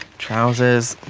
trousers.